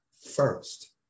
first